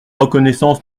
reconnaissance